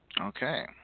Okay